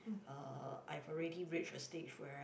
uh I've already reached a stage where